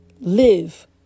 live